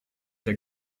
der